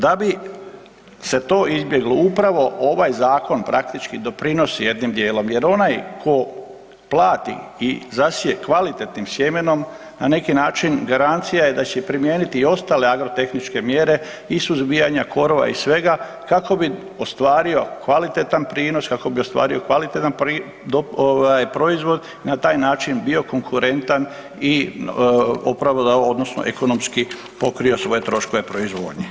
Da bi se to izbjeglo upravo ovaj zakon praktički doprinosi jednim dijelom jer onaj tko plati i zasije kvalitetnim sjemenom na neki način garancija je da će primijeniti i ostale agrotehničke mjere i suzbijanja korova i svega kako bi ostvario kvalitetan prinos, kako bi ostvario kvalitetan proizvod i na taj način bio konkurentan i opravdao odnosno ekonomski pokrio svoje troškove proizvodnje.